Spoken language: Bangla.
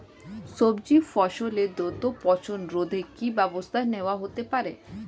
সবজি ফসলের দ্রুত পচন রোধে কি ব্যবস্থা নেয়া হতে পারে?